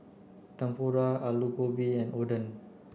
Tempura Alu Gobi and Oden